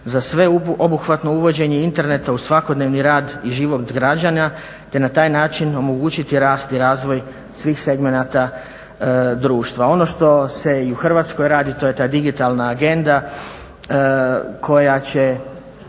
za sveobuhvatno uvođenje interneta u svakodnevni rad i život građana te na taj način omogućiti rast i razvoj svih segmenata društva. Ono što se i u Hrvatskoj radi to je ta digitalna agenda koja će